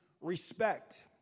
respect